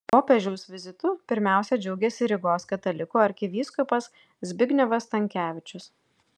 popiežiaus vizitu pirmiausia džiaugėsi rygos katalikų arkivyskupas zbignevas stankevičius